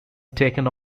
taken